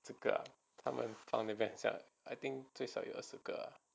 这个 ah 他们放那边很像 I think 最少二十个啊